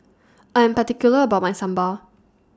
I Am particular about My Sambal